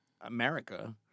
America